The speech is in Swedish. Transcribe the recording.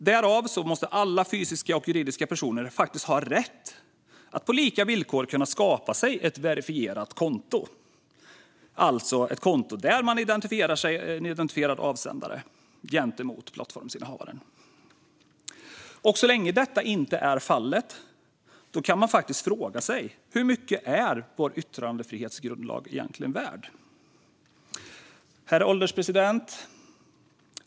Därför måste alla fysiska och juridiska personer ha rätt att på lika villkor kunna skapa ett verifierat konto, alltså ett konto där avsändaren identifierar sig gentemot plattformsinnehavaren. Så länge detta inte är fallet kan man faktiskt fråga sig hur mycket vår yttrandefrihetsgrundlag egentligen är värd. Herr ålderspresident!